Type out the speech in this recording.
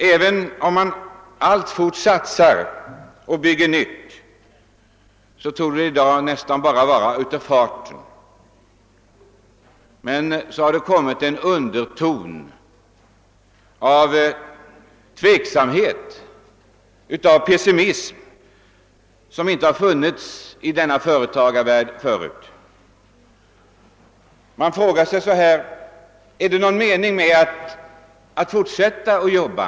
även om man alltfort satsar och bygger nytt, så torde det i dag ske nästan bara av farten. Det har kommit en underton av tveksamhet och pessimism som inte funnits i denna företagarvärld förut. Man frågar sig så här: »är det någon mening med att fortsätta att jobba?